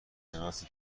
شناسی